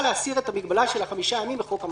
להסיר את המגבלה של החמישה ימים לחוק המעצרים.